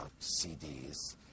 CDs